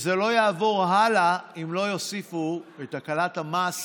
וזה לא יעבור הלאה אם לא יוסיפו את הקלת המס